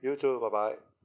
you too bye bye